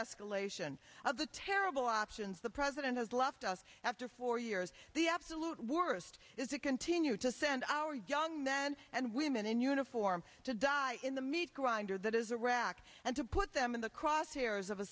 escalation of the terrible options the president has left us after four years the absolute worst is to continue to send our young men and women in uniform to die in the meat grinder that is iraq and to put them in the crosshairs of a